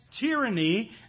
tyranny